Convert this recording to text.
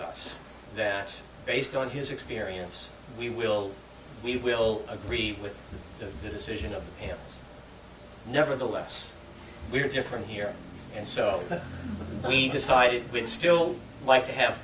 us that based on his experience we will we will agree with the decision of him nevertheless we are different here and so we decided we would still like to have